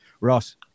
Ross